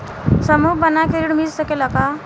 समूह बना के ऋण मिल सकेला का?